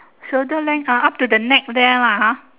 shoulder length up to the neck there lah ha